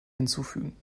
hinzufügen